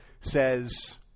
says